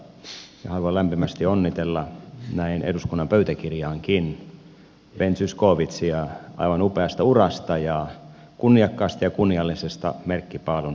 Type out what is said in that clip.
haluan lämpimästi onnitella näin eduskunnan pöytäkirjaankin ben zyskowiczia aivan upeasta urasta ja kunniakkaasta ja kunniallisesta merkkipaalun ohittamisesta